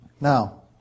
Now